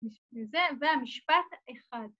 ‫זה המשפט האחד.